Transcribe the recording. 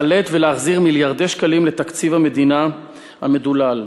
לחלט ולהחזיר מיליארדי שקלים לתקציב המדינה המדולל.